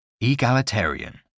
Egalitarian